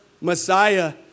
Messiah